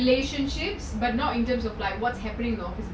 relationships but not in terms of like what's happening in office